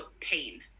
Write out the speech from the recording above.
pain